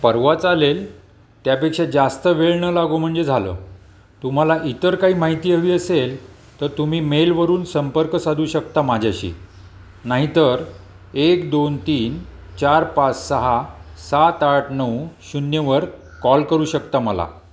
परवा चालेल त्यापेक्षा जास्त वेळ न लागो म्हणजे झालं तुम्हाला इतर काही माहिती हवी असेल तर तुम्ही मेलवरून संपर्क साधू शकता माझ्याशी नाहीतर एक दोन तीन चार पाच सहा सात आठ नऊ शून्यवर कॉल करू शकता मला